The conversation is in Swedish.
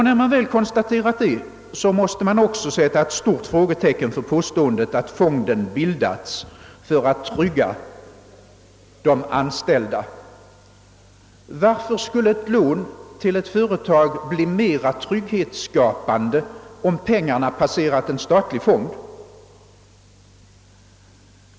När man väl konstaterat detta, måste man också sätta ett stort frågetecken för påståendet att fonden bildats för att trygga de anställda. Varför skulle ett lån till ett företag bli mera trygghetsskapande om pengarna passerat en statlig fond?